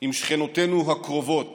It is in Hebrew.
עם שכנותינו הקרובות